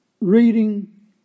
reading